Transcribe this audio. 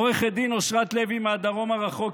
עו"ד אושרת לוי מהדרום הרחוק,